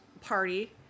party